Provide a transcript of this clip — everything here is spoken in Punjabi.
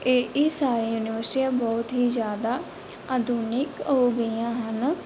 ਇਹ ਇਹ ਸਾਰੀ ਯੂਨੀਵਰਸਿਟੀਆਂ ਬਹੁਤ ਹੀ ਜ਼ਿਆਦਾ ਆਧੁਨਿਕ ਹੋ ਗਈਆਂ ਹਨ